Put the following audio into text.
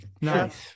nice